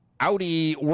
Audi